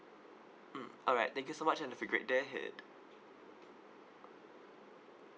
mm alright thank you so much and have a great day ahead